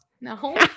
No